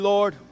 Lord